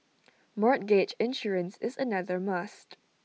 mortgage insurance is another must